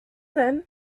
then